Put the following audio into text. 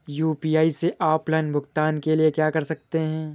UPI से offline भुगतान के लिए क्या कर सकते हैं?